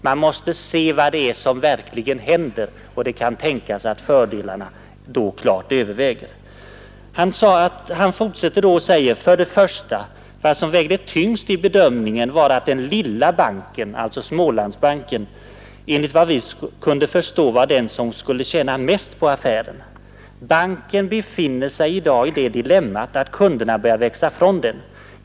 Man måste se vad det är som verkligen händer. Det kan tänkas att fördelarna då klart överväger. Sten Walberg fortsätter och säger för det första: ”Vad som vägde tyngst i bedömningen var att den lilla banken — Smålandsbanken — enligt vad vi kunde förstå var den som skulle tjäna mest på affären. Banken befinner sig i dag i det dilemmat att kunderna börjar växa från den.